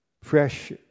fresh